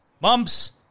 mumps